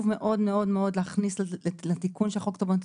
מאוד מאוד מאוד להכניס לתיקון של חוק תובענות